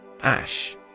Ash